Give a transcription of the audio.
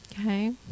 Okay